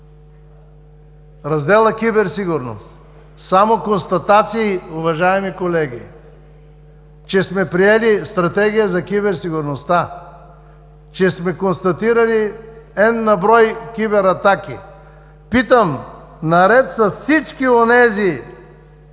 Разделът за киберсигурност. Само констатации, уважаеми колеги, че сме приели Стратегия за киберсигурността; че сме констатирали N-брой кибератаки. Питам: наред с всички онези